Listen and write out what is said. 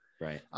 Right